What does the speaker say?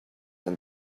than